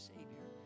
Savior